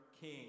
king